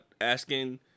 asking